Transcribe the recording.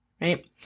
right